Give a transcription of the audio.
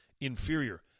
inferior